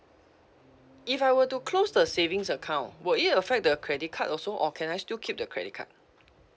if I were to close the savings account will it affect the credit card also or can I still keep the credit card